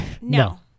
No